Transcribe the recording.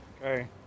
Okay